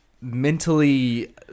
mentally